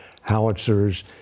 howitzers